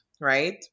right